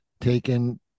taken